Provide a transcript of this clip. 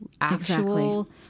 actual